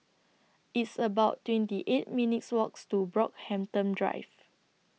It's about twenty eight minutes' Walks to Brockhampton Drive